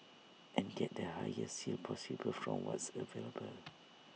and get the highest yield possible from what's available